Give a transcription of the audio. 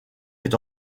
est